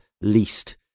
least